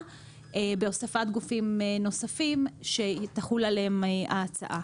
בהוספת גופים נוספים שתחול עליהם ההצעה.